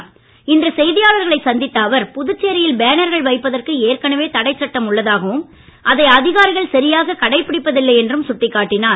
இன்று செய்தியாளர்களை சந்தித்த அவர் புதுச்சேரியில் பேனர்கள் வைப்பதற்கு ஏற்கனவே தடைச்சட்டம் உள்ளதாகவும் அதை அதிகாரிகள் சரியாக கடைபிடிப்பதில்லை என்றும் அவர் சுட்டிக்காட்டினார்